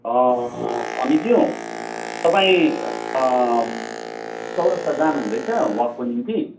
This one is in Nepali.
अमितज्यू तपाईँ चौरस्ता जानुहुँदैछ वाकको निम्ति